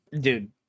Dude